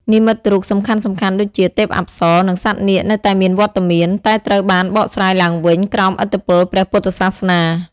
និមិត្តរូបសំខាន់ៗដូចជា ទេពអប្សរ និងសត្វនាគនៅតែមានវត្តមាន តែត្រូវបានបកស្រាយឡើងវិញក្រោមឥទ្ធិពលព្រះពុទ្ធសាសនា។